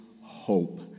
hope